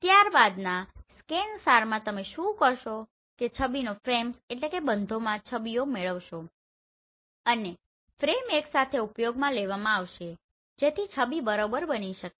ત્યાર બાદના ScanSARમાં તમે શું કરશો કે તમે ફ્રેમ્સFrameબંધોમાં છબીઓ મેળવશો અને ફ્રેમ એકસાથે ઉપયોગમાં લેવામાં આવશે જેથી છબી બરોબર બની શકે